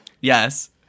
Yes